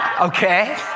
okay